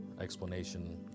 explanation